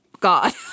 god